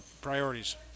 priorities